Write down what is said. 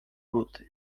buty